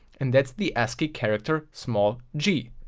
and that's the ascii character small g.